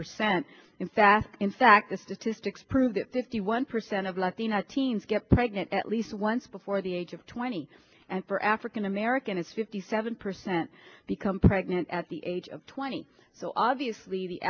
percent in fast in fact the statistics prove that fifty one percent of latino teens get pregnant at least once before the age of twenty and for african american it's fifty seven percent become pregnant at the age of twenty so obviously the